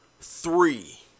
three